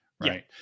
Right